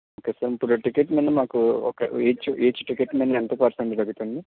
okay sir ఇప్పుడు ticket మీద మాకు ఒక ఈచ్ ఈచ్ టిక్కెట్ మీద ఎంత పర్సెంట్ తగ్గుతుంది